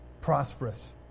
prosperous